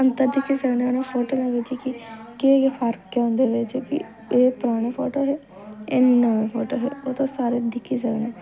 अंतर दिक्खी सकने फोटज च कि केह् केह् फर्क ऐ उं'दे बिच्च एह् परानी फोटो ते एह् नमीं फोटो ओह् तुस सारा दिक्खी सकने